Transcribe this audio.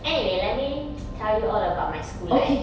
anyway let me tell you all about my school life